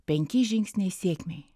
penki žingsniai sėkmei